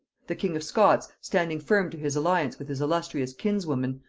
the king of scots, standing firm to his alliance with his illustrious kinswoman,